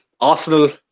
Arsenal